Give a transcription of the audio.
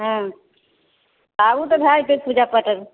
हँ आबु तऽ भए जेतै पूजा पाठ आर